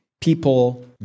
people